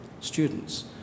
students